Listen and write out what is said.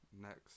next